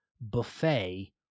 buffet